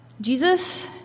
Jesus